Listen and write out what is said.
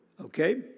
Okay